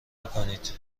نکنید